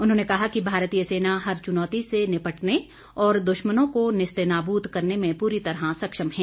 उन्होंने कहा कि भारतीय सेना हर चुनौती से निपटने और दुश्मनों को निस्तेनाबूत करने में पूरी तरह सक्षम है